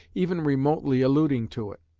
even remotely alluding to it?